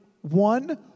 one